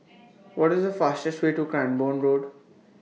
What IS The fastest Way to Cranborne Road